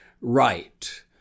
right